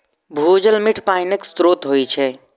भूजल मीठ पानिक स्रोत होइ छै